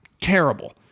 terrible